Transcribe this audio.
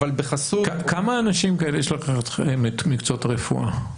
אבל בחסות --- כמה אנשים כאלה יש לכם במקצועות הרפואה?